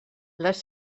les